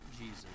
Jesus